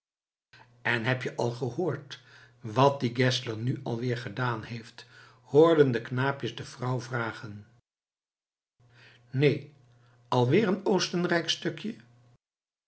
en heb je al gehoord wat die geszler nu alweer gedaan heeft hoorden de knaapjes de vrouw vragen neen alweer een oostenrijksch stukje